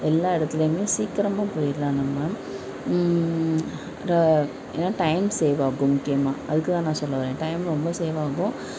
எல்லா இடத்துலயுமே சீக்கிரமாக போயிடலாம் நம்ம ரா ஏன்னா டைம் சேவ் ஆகும் முக்கியமாக அதுக்கு தான் நான் சொல்ல வரேன் டைம் ரொம்ப சேவ் ஆகும்